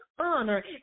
honor